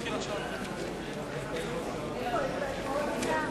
לפני שאנחנו ממשיכים בסדר-היום,